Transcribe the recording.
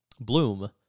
bloom